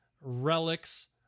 relics